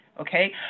okay